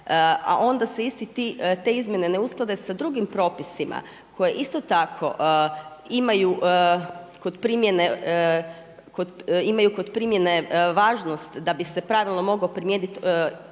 onda se iste te izmjene ne usklade sa drugim propisima koje isto tako imaju kod primjene važnost da bi se pravilno mogao primijeniti